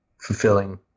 fulfilling